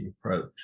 approach